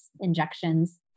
injections